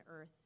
earth